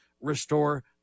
restore